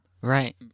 Right